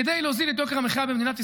כדי להוריד את יוקר המחיה במדינת ישראל,